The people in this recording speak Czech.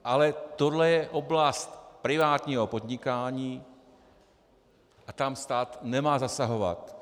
Ale tohle je oblast privátního podnikání a tam stát nemá zasahovat.